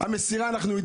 גם מירה תעיד